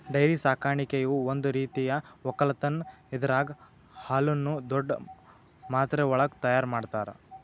dairy ಸಾಕಾಣಿಕೆಯು ಒಂದ್ ರೀತಿಯ ಒಕ್ಕಲತನ್ ಇದರಾಗ್ ಹಾಲುನ್ನು ದೊಡ್ಡ್ ಮಾತ್ರೆವಳಗ್ ತೈಯಾರ್ ಮಾಡ್ತರ